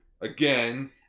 again